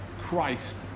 Christ